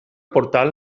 portal